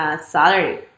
salary